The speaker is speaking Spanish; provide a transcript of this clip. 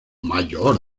mayor